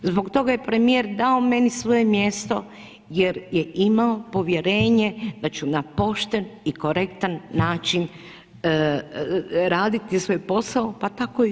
Zbog toga je premijer dao meni svoje mjesto jer je imao povjerenje da ću na pošten i korektan način raditi svoj posao, pa tako i ovo.